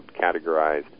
categorized